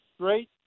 great